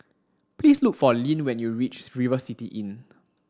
please look for Lyn when you reach River City Inn